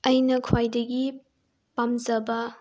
ꯑꯩꯅ ꯈ꯭ꯋꯥꯏꯗꯒꯤ ꯄꯥꯝꯖꯕ